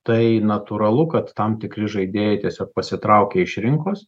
tai natūralu kad tam tikri žaidėjai tiesiog pasitraukia iš rinkos